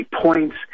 points